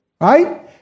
right